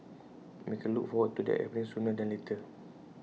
and we can look forward to that happening sooner than later